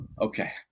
Okay